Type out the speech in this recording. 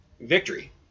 Victory